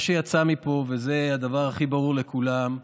מה שיצא מפה, וזה הדבר הכי ברור לכולם,